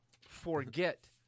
Forget